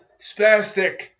spastic